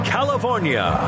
California